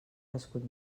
crescut